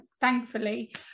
thankfully